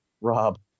Rob